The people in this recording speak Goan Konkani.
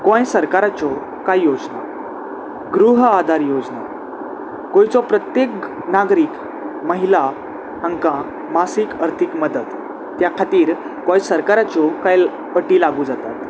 गोंय सरकाराच्यो कांय योजना गृह आदार योजना गोंयचो प्रत्येक नागरीक महिला हांकां मासीक अर्थीक मदत त्या खातीर गोंय सरकाराच्यो कां पटी लागू जातात